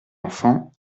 enfant